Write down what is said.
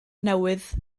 newydd